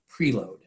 Preload